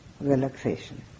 relaxation